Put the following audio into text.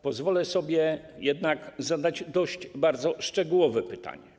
Pozwolę sobie jednak zadać bardzo szczegółowe pytanie.